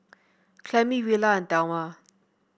Clemie Willa and Thelma